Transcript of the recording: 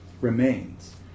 remains